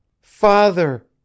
Father